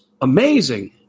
amazing